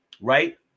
Right